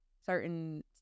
certain